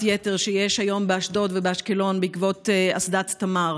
היתר שיש היום באשדוד ובאשקלון בעקבות אסדת תמר,